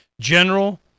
general